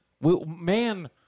man